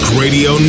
radio